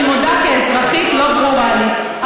אני מודה, כאזרחית, לא ברורה לי.